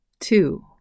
Two